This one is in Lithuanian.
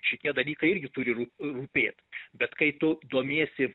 šitie dalykai irgi turi rū rūpėt bet kai tu domiesi